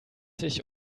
sich